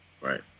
Right